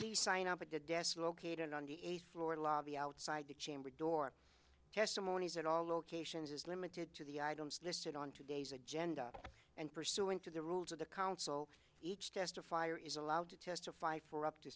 you sign up at the desk located on the eighth floor lobby outside the chamber door testimonies at all locations is limited to the items listed on today's agenda and pursuant to the rules of the counsel each testifier is allowed to testify for up to